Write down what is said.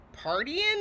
partying